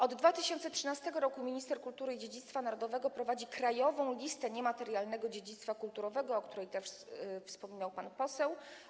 Od 2013 r. minister kultury i dziedzictwa narodowego prowadzi krajową listę niematerialnego dziedzictwa kulturowego, o której też wspominał pan poseł.